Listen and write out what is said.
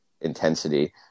intensity